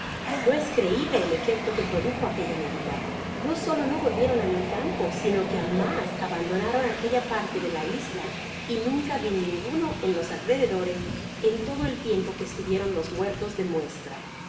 no es creible el efecto que pioduje aquella medida no solo no volvieron á mi campo sino que amas abandonaron aquella parte de la isla y nunca vi ninguno en los alrededores en todo el tiempo que estuvieron los muertos de